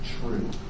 true